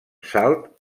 salt